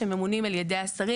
שממונים על ידי השרים.